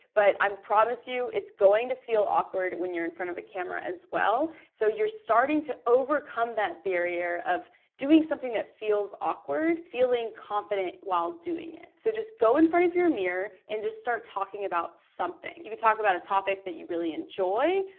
but i um promise you, it's going to feel awkward when you're in front of a camera as well, so you're starting to overcome that barrier of doing something that feels awkward, feeling confident while doing it, so just go in front of your mirror and just start talking about something. you could talk about a topic that you really enjoy,